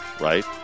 right